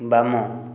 ବାମ